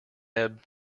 ebb